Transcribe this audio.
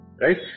right